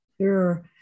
Sure